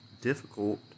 difficult